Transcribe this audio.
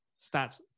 Stats